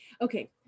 Okay